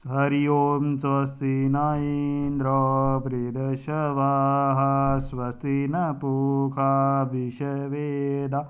हरि ओम स्वस्ति न इन्द्रो वृद्धश्रवाः स्वस्ति नः पूषा विश्ववेदाः